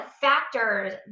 factors